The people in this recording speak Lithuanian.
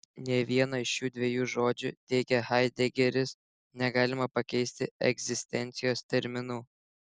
nė vieno iš šių dviejų žodžių teigia haidegeris negalima pakeisti egzistencijos terminu